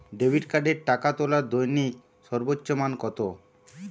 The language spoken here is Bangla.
ডেবিট কার্ডে টাকা তোলার দৈনিক সর্বোচ্চ মান কতো?